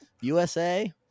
USA